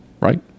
right